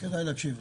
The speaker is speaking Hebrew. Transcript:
כדאי להקשיב.